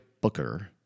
Booker